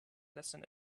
lesson